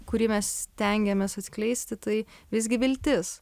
kurį mes stengiamės atskleisti tai visgi viltis